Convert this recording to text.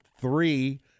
three